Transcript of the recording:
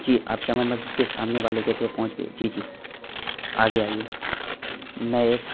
جی آپ جامع مسجد کے سامنے والے گیٹ پہ پہنچ گئے جی جی آگے آئیے میں ایک